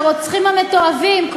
יכול למנוע שהרוצחים המתועבים,